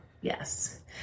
yes